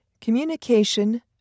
Communication